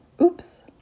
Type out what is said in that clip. Oops